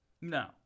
No